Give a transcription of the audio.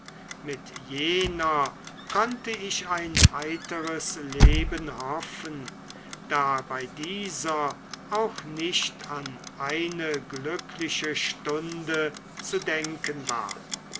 mit jener konnte ich ein heitres leben hoffen da bei dieser auch nicht an eine glückliche stunde zu denken war